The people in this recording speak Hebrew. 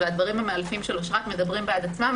והדברים המאלפים של אשרת מדברים בעד עצמם.